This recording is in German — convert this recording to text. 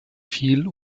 viel